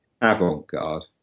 avant-garde